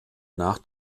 nach